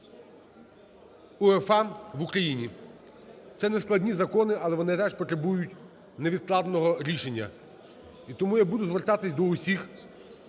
УЄФА в Україні. Це нескладні закони. Але вони теж потребують невідкладного рішення. І тому я буду звертатись до усіх,